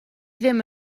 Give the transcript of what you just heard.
ddim